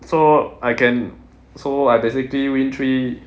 so I can so I basically win three